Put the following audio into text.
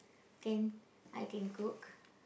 can I can cook